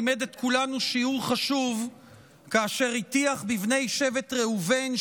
לימד את כולנו שיעור חשוב כאשר הטיח בבני שבט ראובן,